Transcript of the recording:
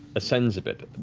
ascends a bit,